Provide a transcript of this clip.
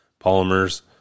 polymers